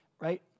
right